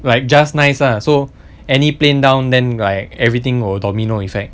like just nice lah so any plane down then like everything will domino effect